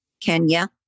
Kenya